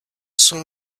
saw